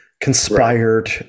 conspired